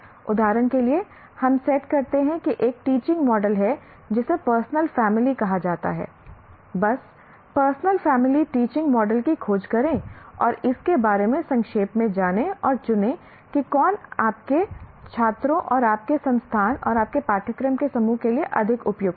उदाहरण के लिए हम सेट करते हैं कि एक टीचिंग मॉडल है जिसे पर्सनल फैमिली कहा जाता है बस पर्सनल फैमिली टीचिंग मॉडल की खोज करें और इसके बारे में संक्षेप में जानें और चुनें कि कौन आपके छात्रों और आपके संस्थान और आपके पाठ्यक्रम के समूह के लिए अधिक उपयुक्त है